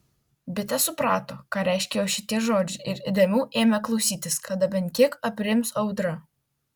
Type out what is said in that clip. bitė suprato ką reiškia jos šitie žodžiai ir įdėmiau ėmė klausytis kada bent kiek aprims audra